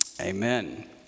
amen